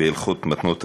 בהלכות מתנות עניים.